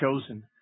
chosen